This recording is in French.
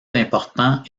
importants